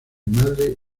madre